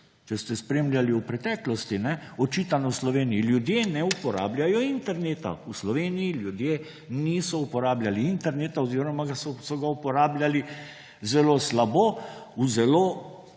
če ste spremljali v preteklosti, kajne, očitano Sloveniji, ljudje ne uporabljajo interneta, v Sloveniji ljudje niso uporabljali interneta oziroma so ga uporabljali zelo slabo, v zelo